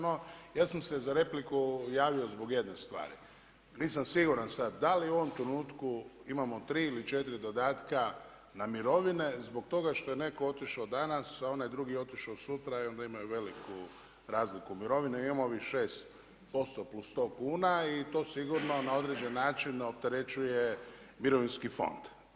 No ja sam se za repliku javio zbog jedne stvari, nisam siguran sada da li u ovom trenutku imamo 3 ili 4 dodatka na mirovine zbog toga što je neko otišao danas, a onaj drugi je otišao sutra i onda imaju veliku razliku mirovine, ima ovih 6% plus 100 kuna i to sigurno na određeni način opterećuje mirovinski fond.